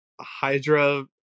Hydra